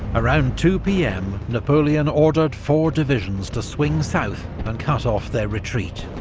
around two pm, napoleon ordered four divisions to swing south and cut off their retreat.